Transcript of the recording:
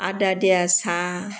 আদা দিয়া চাহ